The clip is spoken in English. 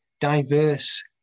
diverse